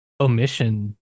omission